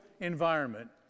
environment